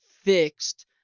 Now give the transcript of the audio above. fixed